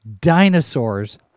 dinosaurs